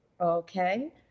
Okay